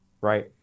right